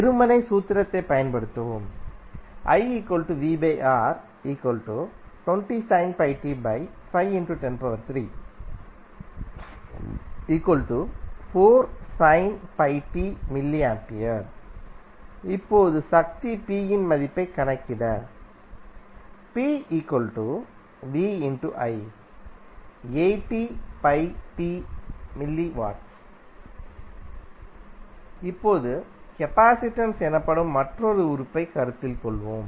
வெறுமனே சூத்திரத்தைப் பயன்படுத்தவும் mA இப்போது சக்தி p இன் மதிப்பைக் கணக்கிட mW இப்போது கெபாசிடன்ஸ் எனப்படும் மற்றொரு உறுப்பைக் கருத்தில் கொள்வோம்